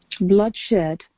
Bloodshed